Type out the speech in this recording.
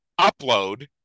upload